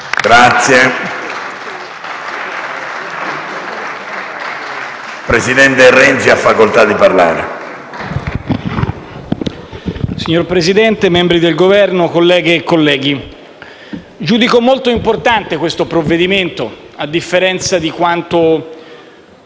apre una nuova finestra") *(PD)*. Signor Presidente, membri del Governo, colleghe e colleghi, giudico molto importante questo provvedimento, a differenza di quanto